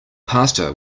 pasta